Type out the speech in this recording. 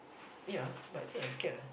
ya but I think I can ah